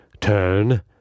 Turn